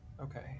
Okay